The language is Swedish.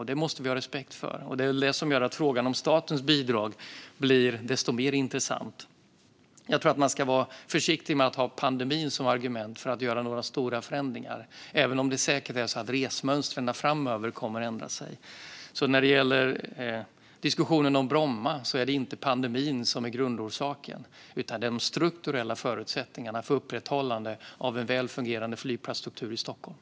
Detta måste vi ha respekt för, och det är väl det som gör att frågan om statens bidrag blir desto mer intressant. Jag tror att man ska vara försiktig med att ha pandemin som argument för att göra stora förändringar, även om resmönstren framöver säkert kommer att ändras. Så när det gäller diskussionen om Bromma är det inte pandemin som är grundorsaken, utan det är de strukturella förutsättningarna för upprätthållande av en väl fungerande flygplatsstruktur i Stockholm.